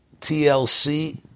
TLC